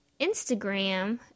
Instagram